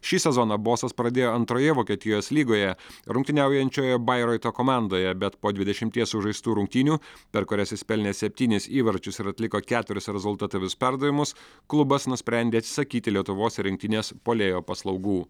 šį sezoną bosas pradėjo antroje vokietijos lygoje rungtyniaujančioje bairoito komandoje bet po dvidešimties sužaistų rungtynių per kurias jis pelnė septynis įvarčius ir atliko keturis rezultatyvius perdavimus klubas nusprendė atsisakyti lietuvos rinktinės puolėjo paslaugų